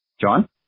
John